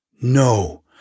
No